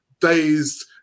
dazed